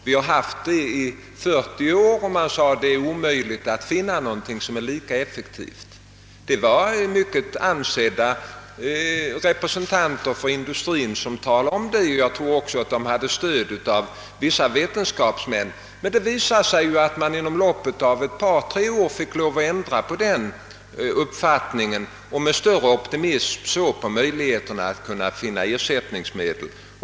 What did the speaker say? Vi har haft sådana i 40 år, och det är omöjligt att finna någonting lika effektivt.» Det var mycket ansedda representanter för industrin som talade om detta, och jag tror att de också hade stöd av vissa vetenskapsmän. Det visade sig emellertid att man inom loppet av ett par tre år fick ändra denna uppfattning och med större optimism såg på utsikterna att finna ersättningsmedel.